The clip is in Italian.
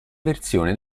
versione